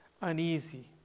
uneasy